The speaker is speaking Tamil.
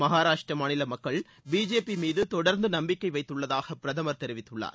மகாராஷ்டிர மாநில மக்கள் பிஜேபி மீது தொடர்ந்து நம்பிக்கை வைத்துள்ளதாக பிரதமர் தெரிவித்துள்ளார்